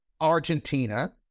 Argentina